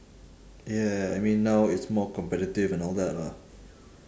yeah I mean now it's more competitive and all that lah